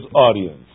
audience